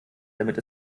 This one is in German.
damit